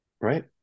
right